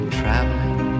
traveling